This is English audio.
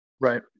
Right